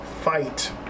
fight